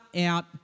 out